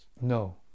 No